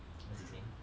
what's his name